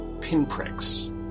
pinpricks